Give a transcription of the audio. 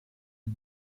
and